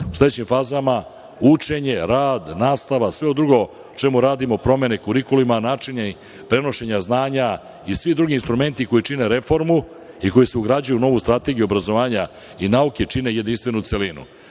U sledećim fazama učenje, rad, nastava, sve drugo na čemu radimo, promene, kurikuli, načini prenošenja znanja i svi drugi instrumenti koji čine reformu i koji se ugrađuju u novu Strategiju obrazovanja i nauke čine jedinstvenu celinu.